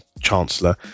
Chancellor